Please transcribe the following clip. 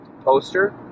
poster